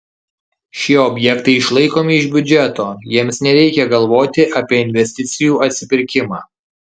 šie objektai išlaikomi iš biudžeto jiems nereikia galvoti apie investicijų atsipirkimą